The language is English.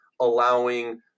allowing